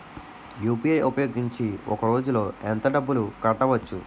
UPI ఉపయోగించి ఒక రోజులో ఎంత డబ్బులు కట్టవచ్చు?